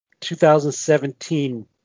2017